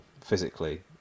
physically